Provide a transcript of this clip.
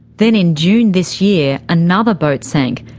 then in june this year, another boat sank,